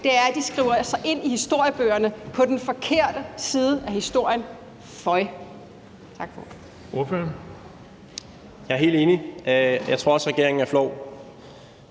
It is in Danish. dag, er, at de skriver sig ind i historiebøgerne på den forkerte side af historien – føj.